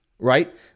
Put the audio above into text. right